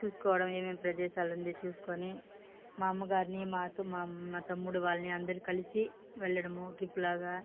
చూస్కోవడము ఏమేం ప్రదేశాలుంది చూసుకొని మా అమ్మగారిని మా త మా తమ్ముడు వాళ్ళని అందరు కలిసి వెళ్లడము ట్రిప్లాగా